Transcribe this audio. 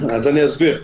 אני אסביר.